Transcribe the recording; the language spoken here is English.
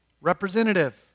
representative